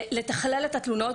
לתכלל את התלונות,